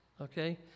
okay